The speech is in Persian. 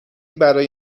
برای